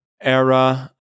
era